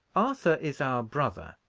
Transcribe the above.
arthur is our brother,